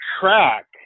track